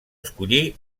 escollí